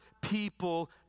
people